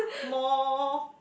more